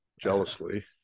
jealously